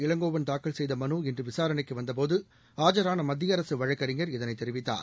இளங்கோவன் தாக்கல் செய்த மனு இன்று விசாரணைக்கு வந்தபோது ஆஜான மத்திய அரசு வழக்கறிஞர் இதனைத் தெரிவித்தார்